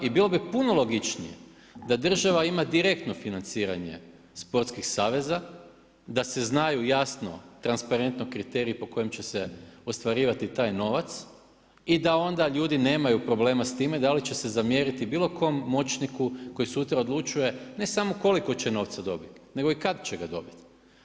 I bilo bi puno logičnije da država ima direktno financiranje sportskih saveza, da se znaju jasno transparentno kriteriji po kojim će se ostvarivati taj novac i da onda ljudi nemaju problema s time da li će se zamjeriti bilo kom moćniku koji sutra odlučuje, ne samo koliko će novca dobiti nego i kada će ga dobiti.